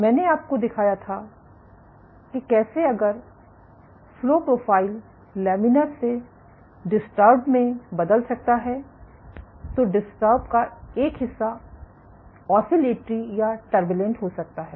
मैंने आपको दिखाया था कि कैसे अगर फ्लो प्रोफाइल लैमिनर से डिस्टर्बड में बदल सकता है तो डिस्टर्ब का एक हिस्सा ऑसिलेटरी या टर्बुलेंट हो सकता है